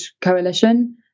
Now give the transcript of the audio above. coalition